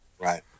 Right